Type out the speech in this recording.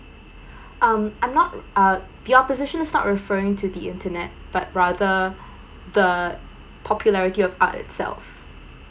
um I'm not uh the opposition is not referring to the internet but rather the popularity of art itself